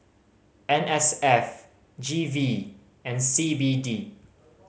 N S F G V and C B D